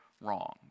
wrong